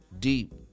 deep